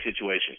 situation